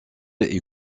est